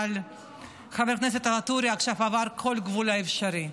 אבל חבר הכנסת ואטורי עבר עכשיו כל גבול אפשרי.